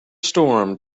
storm